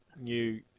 new